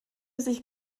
sich